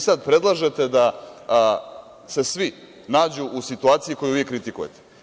Sada predlažete da se svi nađu u situaciji koju vi kritikujete.